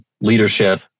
leadership